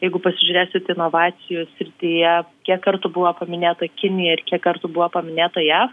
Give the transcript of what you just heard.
jeigu pasižiūrėsit inovacijų srityje kiek kartų buvo paminėta kinija ir kiek kartų buvo paminėta jav